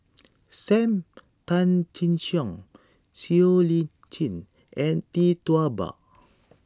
Sam Tan Chin Siong Siow Lee Chin and Tee Tua Ba